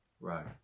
Right